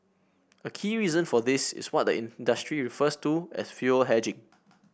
a key reason for this is what the in industry refers to as fuel hedging